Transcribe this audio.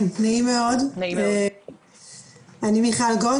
אני מיכל גולד,